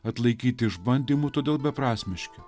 atlaikyti išbandymų todėl beprasmiški